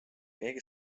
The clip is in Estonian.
keegi